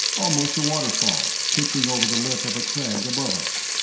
almost a waterfall, pitching over the lip of a crag above us.